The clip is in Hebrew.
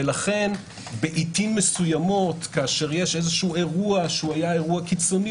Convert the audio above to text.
לכן בעיתים מסוימות כשיש אירוע שהיה קיצוני